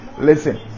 Listen